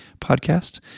Podcast